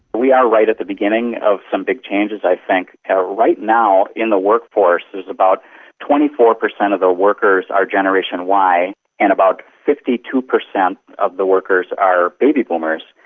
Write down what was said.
we are right at the beginning of some big changes i think. right now in the workforce about twenty four percent of the workers are generation y and about fifty two percent of the workers are baby boomers,